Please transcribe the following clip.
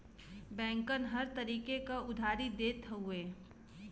बैंकन हर तरीके क उधारी देत हउए